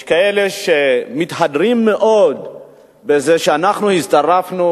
יש כאלה שמתהדרים מאוד בזה שאנחנו הצטרפנו